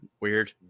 Weird